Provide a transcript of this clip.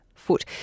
foot